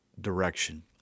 direction